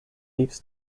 leaves